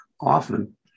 often